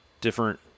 different